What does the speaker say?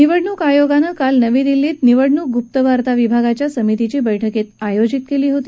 निवडणूक आयोगानं काल नवी दिलीत निवडणूक गुप्तवार्ता विभागांच्या समितीची बैठक आयोजित केली होती